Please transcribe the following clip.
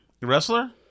Wrestler